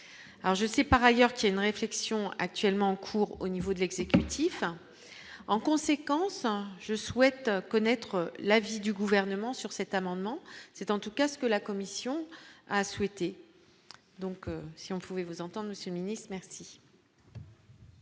je sais par ailleurs qu'il a une réflexion actuellement en cours au niveau de l'exécutif en conséquence je souhaite connaître l'avis du gouvernement, sur cet amendement, c'est en tout cas ce que la Commission a souhaité,